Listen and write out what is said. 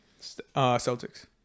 Celtics